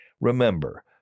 Remember